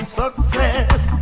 success